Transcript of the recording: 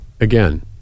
again